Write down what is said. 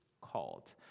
called